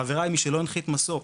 חבריי, מי שלא הנחית מסוק